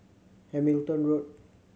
Hamilton Road